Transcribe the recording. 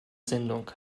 sendung